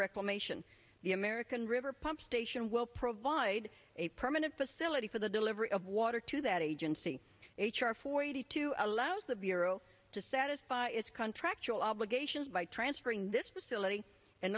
reclamation the american river pump station will provide a permanent facility for the delivery of water to that agency h r four eighty two allows the bureau to satisfy its contract will obligations by transferring this facility and